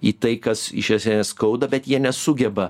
į tai kas iš esmės skauda bet jie nesugeba